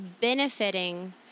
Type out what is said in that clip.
benefiting